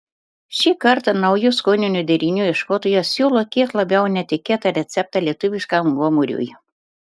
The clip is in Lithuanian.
šį kartą naujų skoninių derinių ieškotojas siūlo kiek labiau netikėtą receptą lietuviškam gomuriui